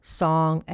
song